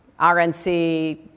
RNC